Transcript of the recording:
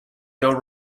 your